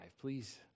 Please